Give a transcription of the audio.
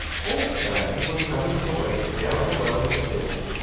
old diamond was coming awake down below in the stable.